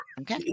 Okay